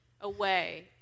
away